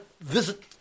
visit